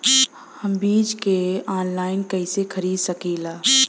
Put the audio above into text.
हम बीज के आनलाइन कइसे खरीद सकीला?